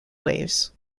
waves